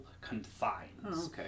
confines